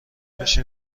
میشه